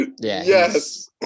yes